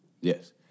Yes